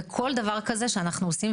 כל דבר כזה שנחנו עושים,